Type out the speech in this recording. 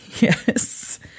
Yes